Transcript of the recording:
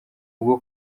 bwo